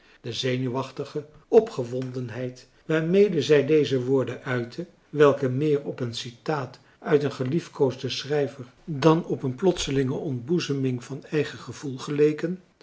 de zenuwachtige opgewondenheid waarmede zij deze woorden uitte welke meer op een citaat uit een geliefkoosden schrijver dan op een plotselinge ontboezeming van eigen gevoel geleken